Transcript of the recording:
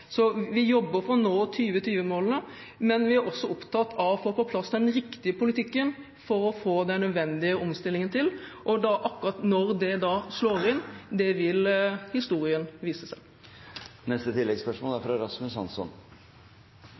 Så vi jobber for å nå 2020-målene, men vi er også opptatt av å få på plass den riktige politikken for å få til den nødvendige omstillingen, og akkurat når det slår inn, vil historien vise. Rasmus Hansson – til oppfølgingsspørsmål. Det som mer enn noe annet preger den norske klimapolitikken, er